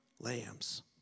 lambs